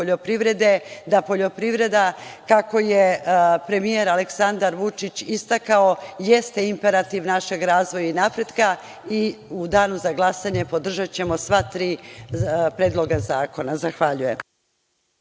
da poljoprivreda, kako je premijer Aleksandar Vučić istakao, jeste imperativ našeg razvoja i napretka i u danu za glasanje podržaćemo sva tri predloga zakona. Zahvaljujem.